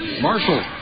Marshall